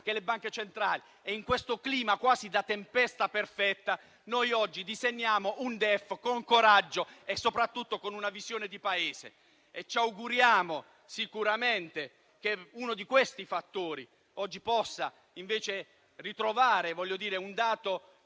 delle banche centrali. In questo clima quasi da tempesta perfetta, oggi disegniamo il DEF con coraggio e soprattutto con una visione di Paese. Ci auguriamo che uno di questi fattori possa invece ritrovare un dato